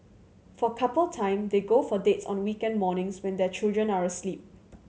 for couple time they go for dates on weekend mornings when their children are asleep